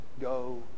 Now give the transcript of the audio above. go